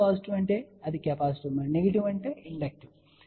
positive Y అంటే అది capacitive మరియు నెగటివ్ Y అంటే ఇండక్టటివ్ అని అర్థం